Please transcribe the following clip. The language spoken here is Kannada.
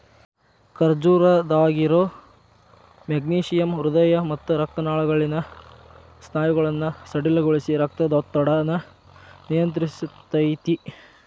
ಖರ್ಜೂರದಾಗಿರೋ ಮೆಗ್ನೇಶಿಯಮ್ ಹೃದಯ ಮತ್ತ ರಕ್ತನಾಳಗಳಲ್ಲಿನ ಸ್ನಾಯುಗಳನ್ನ ಸಡಿಲಗೊಳಿಸಿ, ರಕ್ತದೊತ್ತಡನ ನಿಯಂತ್ರಸ್ತೆತಿ